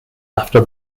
after